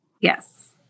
Yes